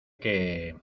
que